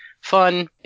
fun